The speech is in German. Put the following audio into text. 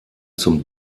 zum